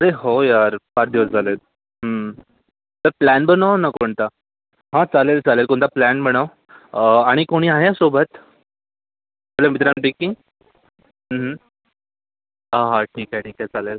अरे हो यार फार दिवस झालेत तर प्लॅन बनव ना कोणता हां चालेल चालेल कोणता प्लॅन बनव आणि कोणी आहे सोबत आपल्या मित्रांपैकी हां हां ठीक आहे ठीक आहे चालेल